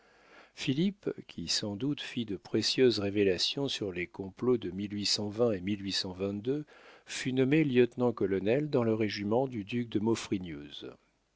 philippe qui sans doute fit de précieuses révélations sur les complots de et fut nommé lieutenant-colonel dans le régiment du duc de